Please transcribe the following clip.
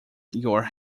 your